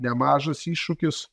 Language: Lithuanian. nemažas iššūkis